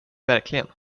verkligen